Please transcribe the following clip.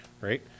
Right